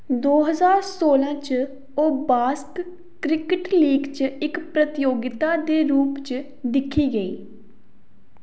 दो हजार सोलां च ओह् बाक्स क्रिकेट लीग च इक प्रतियोगिता दे रूप च दिक्खी गेई